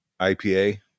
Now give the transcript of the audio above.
IPA